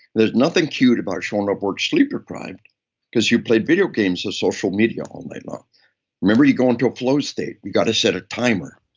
there's nothing cute about showing up to work sleep-deprived because you played video games or social media all night long remember, you go into a flow state. you gotta set a timer.